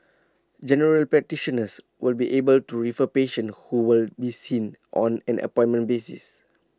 general practitioners will be able to refer patients who will be seen on an appointment basis